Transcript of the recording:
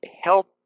help